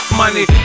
money